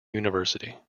university